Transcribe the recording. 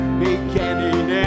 beginning